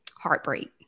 heartbreak